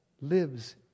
lives